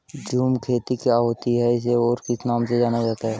झूम खेती क्या होती है इसे और किस नाम से जाना जाता है?